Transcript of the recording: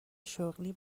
شغلی